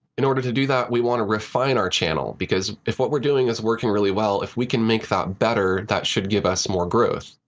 in order to do that, we want to refine our channel, because if what we're doing is working really well, if we can make that better, that should give us more growth.